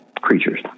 creatures